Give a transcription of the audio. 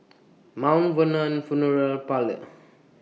Mount Vernon Funeral Parlours